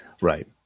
Right